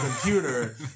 computer